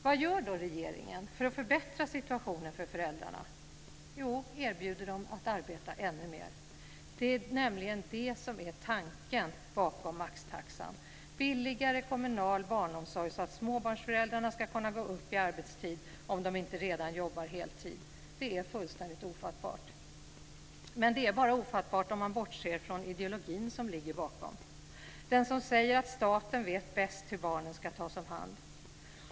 Vad gör då regeringen för att förbättra situationen för föräldrarna? Jo, erbjuder dem att arbeta ännu mer. Det är nämligen det som är tanken bakom maxtaxan. Det ska vara billigare kommunal barnomsorg så att småbarnsföräldrarna ska kunna gå upp i arbetstid, om de inte redan jobbar heltid. Det är fullständigt ofattbart. Det är bara ofattbart om man bortser från ideologin som ligger bakom, dvs. den som säger att staten vet bäst hur barnen ska tas om hand.